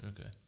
Okay